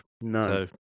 No